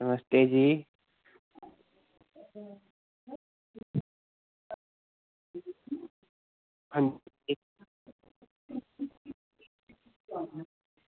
नमस्ते जी